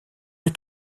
est